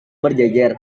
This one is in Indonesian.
berjejer